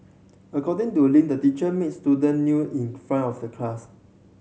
according to Ling the teacher made student new in front of the class